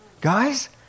guys